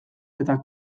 eta